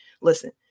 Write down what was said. listen